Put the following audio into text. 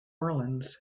orleans